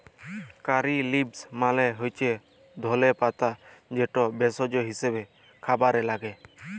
কারী leaves মালে হচ্যে ধলে পাতা যেটা ভেষজ হিসেবে খাবারে লাগ্যে